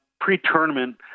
pre-tournament